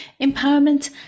empowerment